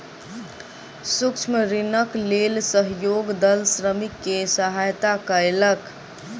सूक्ष्म ऋणक लेल सहयोग दल श्रमिक के सहयता कयलक